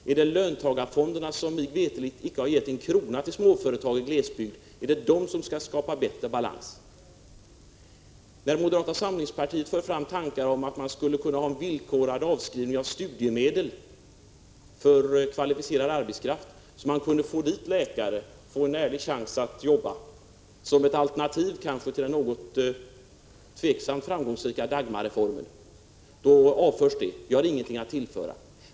Är det löntagarfonderna, som mig veterligt icke har gett en krona till småföretag i glesbygd, som skall skapa bättre balans? Moderata samlingspartiet har fört fram tankar om att det skulle införas en villkorad avskrivning av studiemedel för kvalificerad arbetskraft, så att man till glesbygden kunde få läkare som gavs en ärlig chans att jobba och som kunde fungera som ett alternativ till den något tveksamt framgångsrika Dagmarreformen. Dessa tankar avförs dock. Vi har ingenting att tillföra.